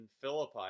Philippi